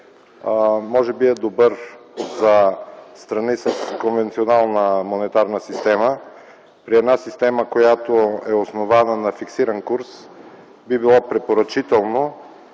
може би е добър за страни с конвенционална монетарна система. При една система, която е основана на фиксиран курс, би било препоръчително,